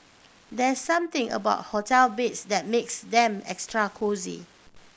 there's something about hotel beds that makes them extra cosy